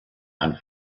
and